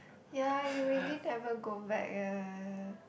ya he really never go back eh